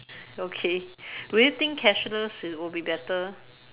okay would you think cashless is will be better